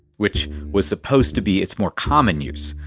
which was supposed to be it's more common use.